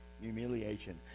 humiliation